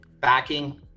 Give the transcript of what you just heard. backing